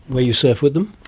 where you surf with them?